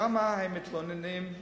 שם הם מתלוננים,